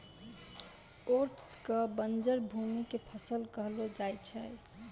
oats कॅ बंजर भूमि के फसल कहलो जाय छै